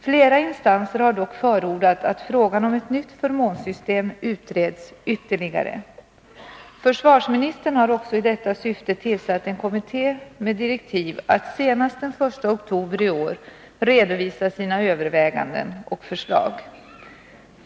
Flera instanser har dock förordat att frågan om ett nytt förmånssystem utreds ytterligare. Försvarsministern har också i detta syfte tillsatt en kommitté med direktiv att senast den 1 oktober i år redovisa sina överväganden och förslag.